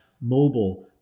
mobile